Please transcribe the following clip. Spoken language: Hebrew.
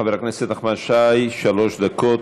חבר הכנסת נחמן שי, שלוש דקות,